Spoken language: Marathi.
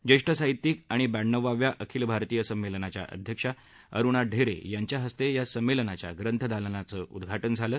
ज्येष्ठ साहित्यिक आणि ब्याण्णवाव्या आखिल भारतीय संमेलनाच्या अध्यक्ष अरूणा ढेरे यांच्या हस्ते या संमेलनाच्या ग्रंथ दालनाचं उद्घाटन झालं